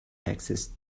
access